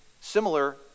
similar